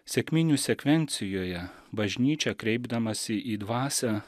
sekminių sekvencijoje bažnyčia kreipdamasi į dvasią